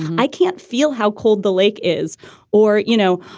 i can't feel how cold the lake is or, you know,